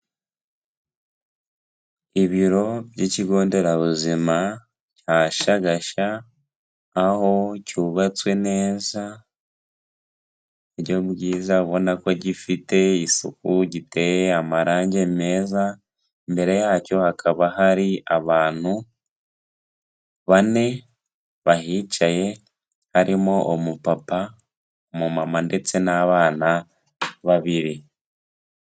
Ibiro by'ikigo nderabuzima cya Shagasha aho cyubatswe neza mu buryo bwiza, ubona ko gifite isuku giteye amarange meza, mbere yacyo hakaba hari abantu bane bahicaye harimo umupapa, umumama ndetse n'abana babiri.